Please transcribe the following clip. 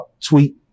Tweet